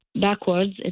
backwards